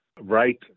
right